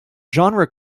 genre